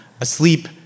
asleep